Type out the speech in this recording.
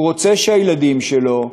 הוא רוצה שהילדים שלו,